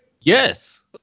Yes